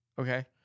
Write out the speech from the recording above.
Okay